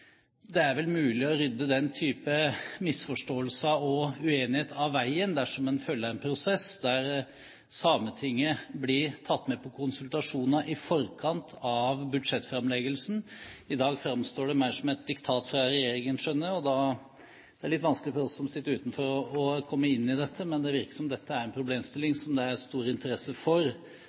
Det er vel mulig å rydde den type misforståelser og uenighet av veien, dersom en følger en prosess der Sametinget blir tatt med på konsultasjoner i forkant av budsjettframleggelsen. I dag framstår det mer som et diktat fra regjeringen, skjønner jeg. Da er det litt vanskelig for oss som sitter utenfor, å komme inn i dette. Men det virker som dette er en problemstilling som det er stor interesse for.